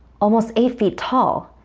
almost eight feet tall.